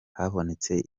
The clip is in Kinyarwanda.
habonetse